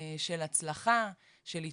של הצלחה, של התמודדות,